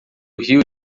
rio